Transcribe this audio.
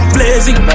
Blazing